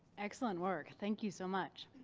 excellent work. thank you so much.